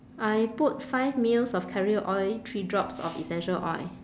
I put five mils of carrier oil three drops of essential oil